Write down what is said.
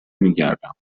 میگردم